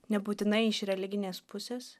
nebūtinai iš religinės pusės